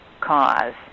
cause